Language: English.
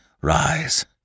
rise